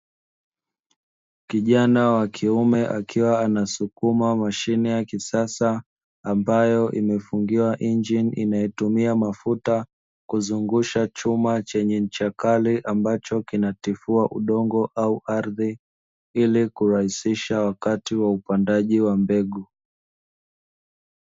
Kjana akiwa anasaidia kusukuma chuma ambacho hutumika katika kutifua udongo, ili kurahisisha wakati wa upandaji wa mbegu.